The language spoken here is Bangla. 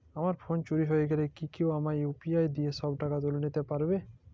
আমার ফোন চুরি হয়ে গেলে কি কেউ আমার ইউ.পি.আই দিয়ে সব টাকা তুলে নিতে পারবে?